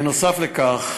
נוסף על כך,